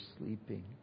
sleeping